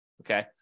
Okay